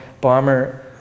Bomber